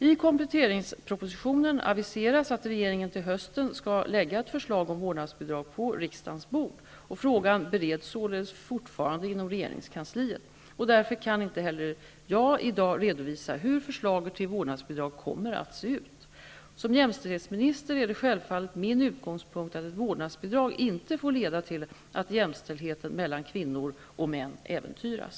I kompletteringspropositionen aviseras att regeringen till hösten skall lägga ett förslag om vårdnadsbidrag på riksdagens bord. Frågan bereds således fortfarande inom regeringskansliet. Därför kan inte heller jag i dag redovisa hur förslaget till vårdnadsbidrag kommer att se ut. Som jämställdhetsminister är det självfallet min utgångspunkt att ett vårdnadsbidrag inte får leda till att jämställdheten mellan kvinnor och män äventyras.